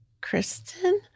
Kristen